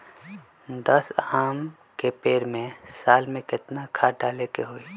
दस आम के पेड़ में साल में केतना खाद्य डाले के होई?